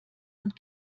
und